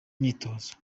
myitozo